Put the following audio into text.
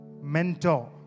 Mentor